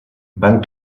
van